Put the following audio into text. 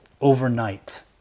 overnight